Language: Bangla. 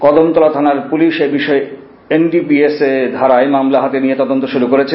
কদমতলা থানার পুলিশ এবিষয়ে এনডিপিএস ধারায় মামলা হাতে নিয়ে তদন্ত শুরু করেছে